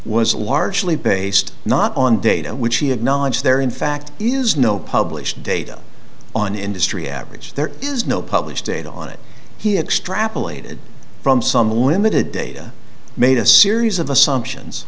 was largely based not on data which he acknowledged there in fact is no published data on industry average there is no published data on it he had strapped elated from some limited data made a series of assumptions